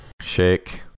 Shake